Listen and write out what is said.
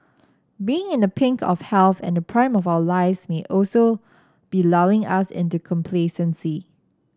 being in the pink of health and the prime of our lives may also be lulling us into complacency